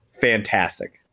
Fantastic